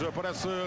parece